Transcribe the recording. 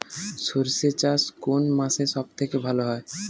সর্ষে চাষ কোন মাসে সব থেকে ভালো হয়?